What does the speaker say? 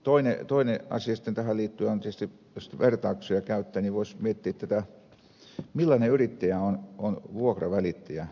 toinen asia tähän liittyen on tietysti jos vertauksia käyttää miettiä millainen yrittäjä on vuokravälittäjä